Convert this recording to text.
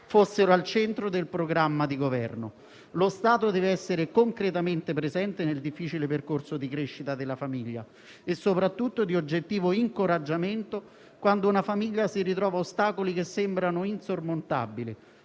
fossero al centro del programma di Governo. Lo Stato deve essere concretamente presente nel difficile percorso di crescita della famiglia e soprattutto di oggettivo incoraggiamento, quando una famiglia si ritrova ostacoli che sembrano insormontabili,